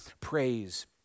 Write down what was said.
praise